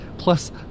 Plus